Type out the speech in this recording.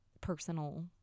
personal